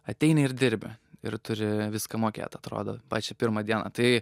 ateini ir dirbi ir turi viską mokėt atrodo pačią pirmą dieną tai